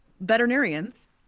Veterinarians